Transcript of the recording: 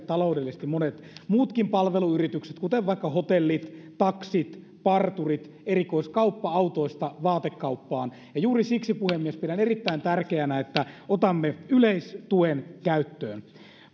taloudellisesti monet muutkin palveluyritykset kuten vaikka hotellit taksit parturit erikoiskauppa autoista vaatekauppaan ja juuri siksi puhemies pidän erittäin tärkeänä että otamme yleistuen käyttöön